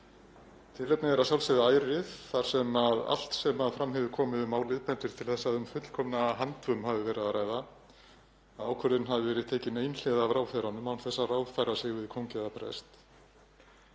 Tilefnið er að sjálfsögðu ærið þar sem allt sem fram hefur komið um málið bendir til þess að um fullkomna handvömm hafi verið að ræða, að ákvörðun hafði verið tekin einhliða af ráðherranum án þess að ráðfæra sig við kóng eða prest.